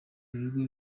ibigo